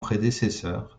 prédécesseur